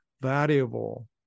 valuable